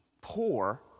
poor